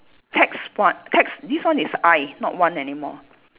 tax what tax this one is I not one anymore